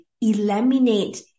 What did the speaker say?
eliminate